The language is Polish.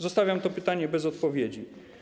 Zostawiam to pytanie bez odpowiedzi.